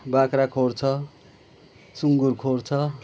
बाख्रा खोर छ सुँगुर खोर छ